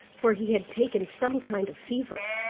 for he had taken some kind of fever.